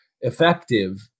effective